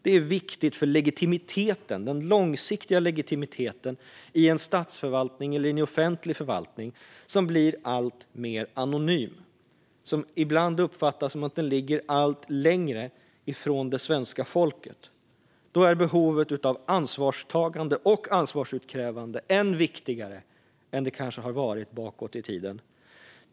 Det är viktigt för legitimiteten, den långsiktiga legitimiteten, i en statsförvaltning eller en offentlig förvaltning som blir alltmer anonym och ibland uppfattas som att den ligger allt längre från det svenska folket. Då är behovet av ansvarstagande och ansvarsutkrävande än viktigare än det har varit bakåt i tiden.